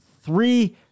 three